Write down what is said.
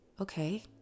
Okay